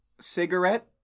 Cigarette